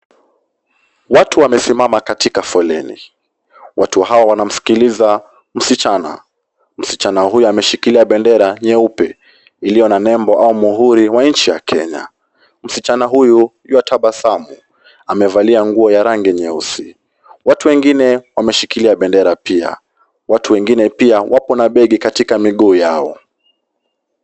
Watu wamesimama katika foleni, watu hao wanamsikiliza msichana. Msichana huyo ameshikilia bendera nyeupe. Iliyo na nembo au muhuri wa nchi ya Kenya. Msichana huyu yuatabasamu. Amevalia nguo ya rangi nyeusi. Watu wengine wameshikilia bendera pia. Watu wengine pia wapo na begi katika miguu yao.